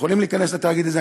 שיכולים להיכנס לתאגיד הזה.